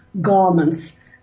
garments